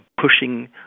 pushing